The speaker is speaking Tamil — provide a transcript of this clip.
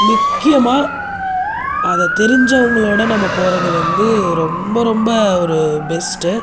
முக்கியமாக அதை தெரிஞ்சவர்களோட நம்ம போவது வந்து ரொம்ப ரொம்ப ஒரு பெஸ்ட்